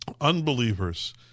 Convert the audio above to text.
unbelievers